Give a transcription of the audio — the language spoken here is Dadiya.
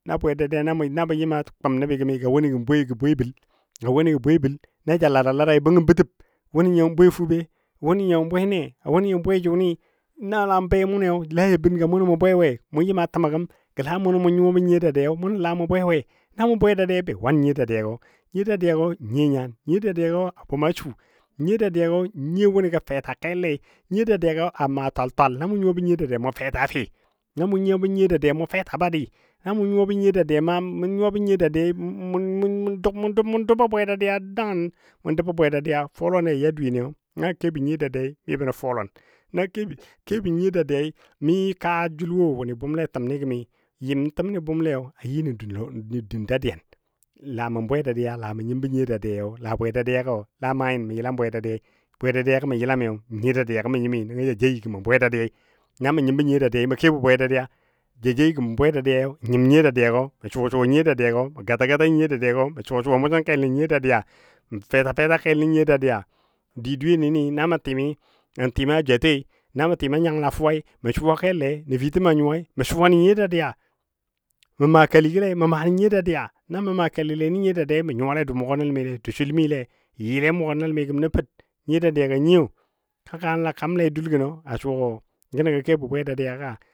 Na bwe dadiya na bə yɨm a Kʊm nəbi gəm ga wʊnɨ gə bwe bəl, ga wʊnɨ gə bwe bəl na a lara larai bəngɔ bətəb wʊnɨyo bwe fube, wʊnɨyo bwene, a wʊnɨ bwe jʊnɨ nala be a mʊniyo na ja bən gɔ a mʊnɔ mɔ bwe we? Mu yɨm təmɔ gəm la munɔ mʊ nyuwabɔ nyiyo dadiyai mʊno la mu bwe we? Na mʊ bwe dadiya be wan nyiyo dadiyagɔ, nyiyo dadiyagɔ n nyiyo nyan, nyiyo dadiyagɔ a bʊma su, nyiyo dadiya gɔ nyiyo wʊnɨ gə fɛta kellei, nyiyo dadiya gɔ a twal twal, na mʊ nyuwa bɔ nyiyo dadiyai mu fɛta afe, na mʊ nyuwa bɔ nyiyo dadiyai mʊ fɛta ba di, na mʊ nyuwabɔ nyiyo dadiya mʊ doubɔ bwe dadiya dangən mʊ doubɔ bwe dadiya fɔolɔni ja ya dweyeni na kebɔ nyiyo dadiyai mi bənɔ fɔlɔn, na kebɔ kebɔ nyiyo dadiyai mi kaajəl wo wʊnɨ bʊmle təmni gəmi. yɨm təmni bʊmlei a yɨ nən dun dadiyan lamə bwe dadiya lamə nyimbɔ nyiyo dadiyai bwedadiya gɔ la maa nyin mə yəlam bwe dadiyai. Bwe dadiyagɔ mə yəlami nyiyo dadiya gɔ mə nyimi nəngɔ ja joui gɔ mə bwe dadiyai, na mə nyimbɔ nyiyo dadiyai mə kebɔ bwe dadiya, ja joui gə mə bwe dadiya n nyim nyiyo dadiyago mə suwa nyiyo dadiyago, mə gata nyiyo dadiyagɔ mə suwa musin kelo nən nyiyo dadiya mə fɛta fɛta kel nə nyiyo dadiya. Di dweyeni ni na mə tɨmi, mə tɨm a jwatei na mə tɨm a nyanga fuwa mə suwa kelle nəfitə mɔ nyuwai mə suwa nən nyiyo dadiya, mə maa keligɔ lei mə maa nən nyiyo dadiya, na mə maa keli le nən nyiyo dadiyai mə nyuwa dou mʊgɔ nəl mi le dou sul mi le yɨle a mʊgɔ nəlmi gəm nə Per nyiyo dadiya gɔ, nyiyo ka kaa nəl ya kamle dul gənɔ, a suwagɔ gənɔ gə kebɔ bwe dadiya ga.